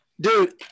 Dude